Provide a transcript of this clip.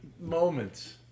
moments